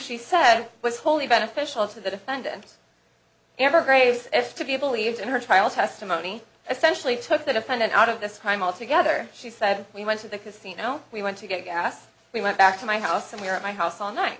she said was wholly beneficial to the defendant ever grace s to be believed in her trial testimony essentially took the defendant out of this time altogether she said we went to the casino we went to get gas we went back to my house and we were at my house all night